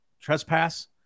Trespass